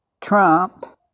Trump